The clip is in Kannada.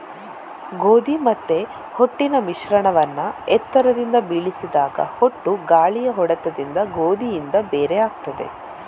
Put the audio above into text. ಗೋಧಿ ಮತ್ತೆ ಹೊಟ್ಟಿನ ಮಿಶ್ರಣವನ್ನ ಎತ್ತರದಿಂದ ಬೀಳಿಸಿದಾಗ ಹೊಟ್ಟು ಗಾಳಿಯ ಹೊಡೆತದಿಂದ ಗೋಧಿಯಿಂದ ಬೇರೆ ಆಗ್ತದೆ